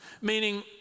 Meaning